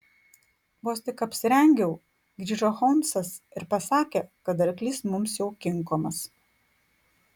vos tik apsirengiau grįžo holmsas ir pasakė kad arklys mums jau kinkomas